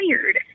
tired